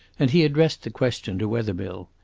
and he addressed the question to wethermill.